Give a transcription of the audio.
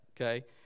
okay